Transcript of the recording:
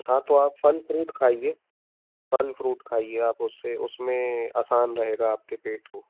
हाँ तो आप फल फ़्रूट खाइए फल फ़्रूट खाइए आप उससे उसमें आसान रहेगा आपके पेट को